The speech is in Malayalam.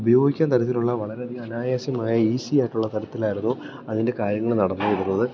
ഉപയോഗിക്കാൻ തരത്തിലുള്ള വളരെയധികം അനായാസമായ ഈസിയായിട്ടുള്ള തരത്തിലായിരുന്നു അതിൻ്റെ കാര്യങ്ങൾ നടന്നു വരുന്നത്